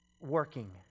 working